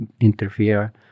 interfere